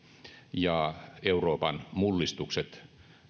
ja euroopan mullistukset